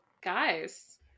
guys